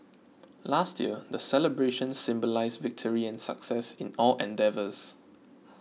last year the celebrations symbolised victory and success in all endeavours